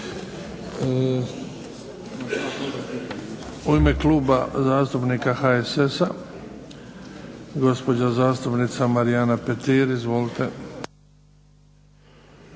U ime Kluba zastupnika HSS-a, gospođa zastupnica Marijana Petir. Izvolite.